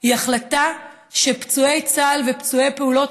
היא החלטה שפצועי צה"ל ופצועי פעולות